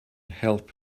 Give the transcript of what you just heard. help